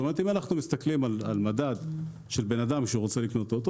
אם אנחנו מסתכלים על מדד של בן אדם שהוא רוצה לקנות אוטו,